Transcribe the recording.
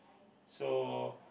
so